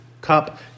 cup